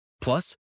Plus